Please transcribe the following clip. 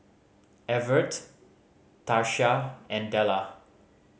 Evertt Tarsha and Della